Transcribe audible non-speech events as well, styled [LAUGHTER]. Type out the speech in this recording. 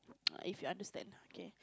[NOISE] if you understand kay